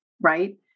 right